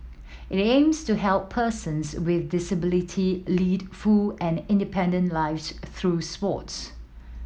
it aims to help persons with disability lead full and independent lives through sports